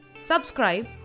subscribe